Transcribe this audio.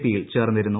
പിയിൽ ചേർന്നിരുന്നു